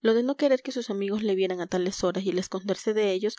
lo de no querer que sus amigos le vieran a tales horas y el esconderse de ellos